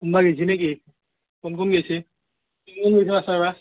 কোনোবা গেইছি নেকি কোন কোন গেইছি